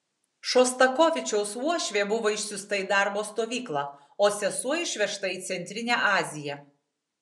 šostakovičiaus uošvė buvo išsiųsta į darbo stovyklą o sesuo išvežta į centrinę aziją